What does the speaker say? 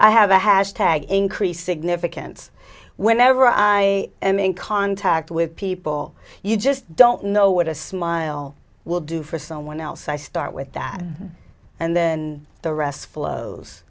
i have a hash tag increased significance whenever i am in contact with people you just don't know what a smile will do for someone else i start with that and then the rest flows